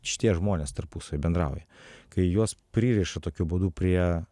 šitie žmonės tarpusavy bendrauja kai juos pririša tokiu būdu prie